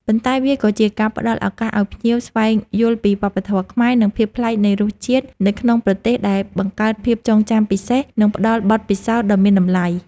ប៉ុន្តែវាក៏ជាការផ្ដល់ឱកាសឲ្យភ្ញៀវស្វែងយល់ពីវប្បធម៌ខ្មែរ និងភាពប្លែកនៃរសជាតិនៅក្នុងប្រទេស ដែលបង្កើតភាពចងចាំពិសេស និងផ្ដល់បទពិសោធន៍ដ៏មានតម្លៃ។